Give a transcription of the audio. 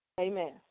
Amen